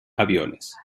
aviones